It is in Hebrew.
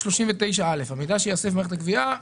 39(א): "המידע שייאסף במערכת הגבייה ...